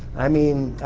i mean,